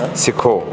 सिखो